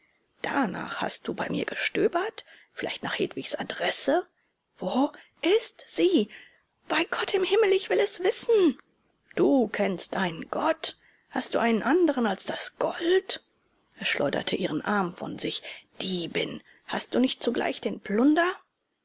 danach hast du bei mir gestöbert vielleicht nach hedwigs adresse wo ist sie bei gott im himmel ich will es wissen du kennst einen gott hast du einen anderen als das gold er schleuderte ihren arm von sich diebin hast du nicht zugleich den plunder